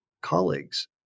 colleagues